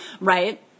right